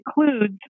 includes